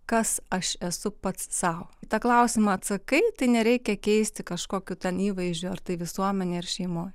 kas aš esu pats sau į tą klausimą atsakai tai nereikia keisti kažkokių ten įvaizdžio ar tai visuomenėj ar šeimoj